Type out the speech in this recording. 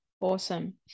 Awesome